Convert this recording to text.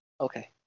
Okay